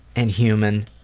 and human,